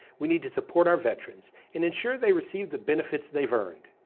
we needoh support our veterans and ensure they receive the benefits they've earned.